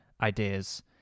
ideas